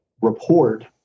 report